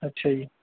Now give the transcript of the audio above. ਅੱਛਾ ਜੀ